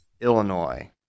Illinois